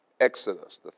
Exodus